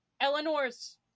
Eleanor's